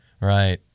Right